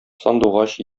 сандугач